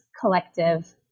collective